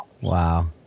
Wow